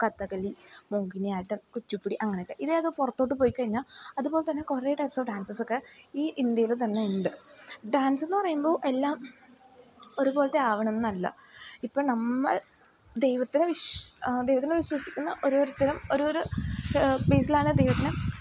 കഥകളി മോഹിനിയാട്ടം കുച്ചിപ്പുടി അങ്ങനെയൊക്കെ ഇതായത് പുറത്തോട്ട് പോയിക്കഴിഞ്ഞാൽ അതുപോലെതന്നെ കുറേ ടൈപ്പ് ഓഫ് ഡാൻസസ്സൊക്കെ ഈ ഇന്ത്യയിൽ തന്നെ ഉണ്ട് ഡാൻസെന്നു പറയുമ്പോൾ എല്ലാം ഒരുപോലത്തെ ആവണം എന്നല്ല ഇപ്പം നമ്മൾ ദൈവത്തിനെ ദൈവത്തിനെ വിശ്വസിക്കുന്ന ഓരോരുത്തരും ഒരോരു പ്ലീസിലാണ് ദൈവത്തിനെ